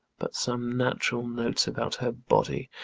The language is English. but some natural notes about her body